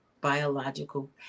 biological